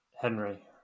Henry